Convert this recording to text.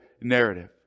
narrative